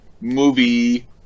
movie